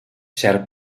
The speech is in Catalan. cert